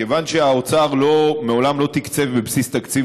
כיוון שהאוצר מעולם לא תקצב בבסיס תקציב